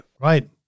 Right